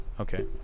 Okay